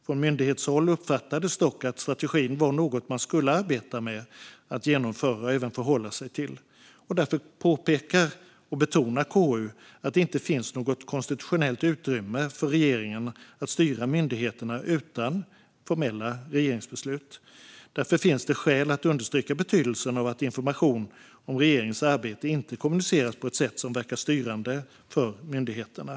Från myndighetshåll uppfattade man dock att strategin var något man skulle arbeta med att genomföra och även förhålla sig till, och därför påpekar och betonar KU att det inte finns något konstitutionellt utrymme för regeringen att styra myndigheterna utan formella regeringsbeslut. Därför finns det skäl att understryka betydelsen av att information om regeringens arbete inte kommuniceras på ett sätt som verkar styrande för myndigheterna.